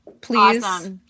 Please